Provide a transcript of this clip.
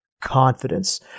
confidence